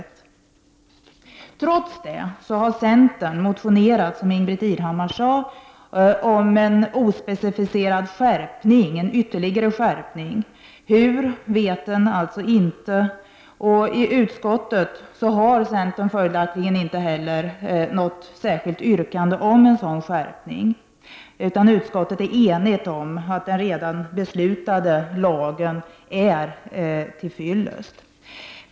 Trots detta har centern, som Ingbritt Irhammar sade, motionerat om en ospecificerad ytterligare skärpning av denna lag. På vilket sätt denna skärpning skall ske vet vi inget om. I utskottet har centern följaktligen inte heller framställt något särskilt yrkande om en sådan skärpning, utan utskottet är enigt om att den lag som riksdagen har fattat beslut om är till fyllest.